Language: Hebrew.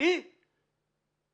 אנחנו